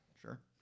Sure